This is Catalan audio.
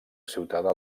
ciutadà